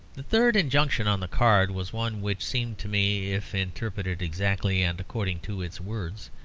the third injunction on the card was one which seemed to me, if interpreted exactly and according to its words,